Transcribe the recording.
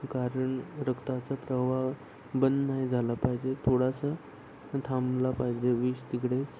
कारण रक्ताचा प्रवाह बंद नाही झाला पाहिजे थोडासा थांबला पाहिजे विष तिकडेच